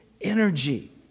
energy